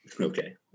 okay